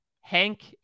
Hank